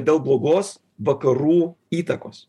dėl blogos vakarų įtakos